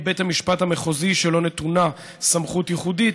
בית המשפט המחוזי שלו נתונה סמכות ייחודית,